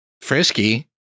frisky